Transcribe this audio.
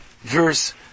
verse